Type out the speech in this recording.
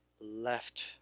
left